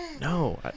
No